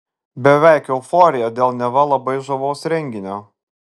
beveik euforija dėl neva labai žavaus renginio